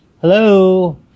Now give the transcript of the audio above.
Hello